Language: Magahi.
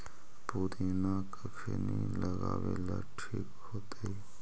पुदिना कखिनी लगावेला ठिक होतइ?